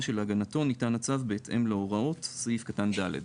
שלהגנתו ניתן הצו בהתאם להוראות סעיף קטן (ד).